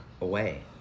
away